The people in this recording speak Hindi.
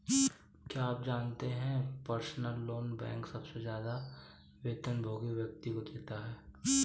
क्या आप जानते है पर्सनल लोन बैंक सबसे ज्यादा वेतनभोगी व्यक्ति को देते हैं?